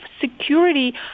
security